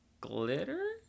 glitter